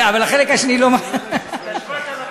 את ה-7,000 כן למשוך,